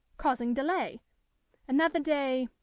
causing delay another day,